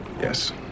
Yes